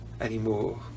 anymore